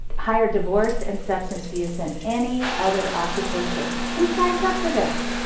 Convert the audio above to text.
higher divorce and substance abuse than any other occupation who signs up for this?